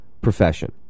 profession